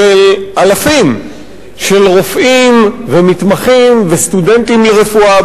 של אלפי רופאים ומתמחים וסטודנטים לרפואה,